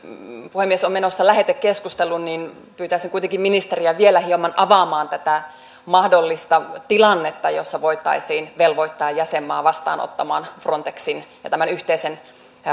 puhemies on menossa lähetekeskustelu niin pyytäisin kuitenkin ministeriä vielä hieman avaamaan tätä mahdollista tilannetta jossa voitaisiin velvoittaa jäsenmaa vastaanottamaan frontexin ja tämän yhteisen